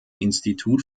institut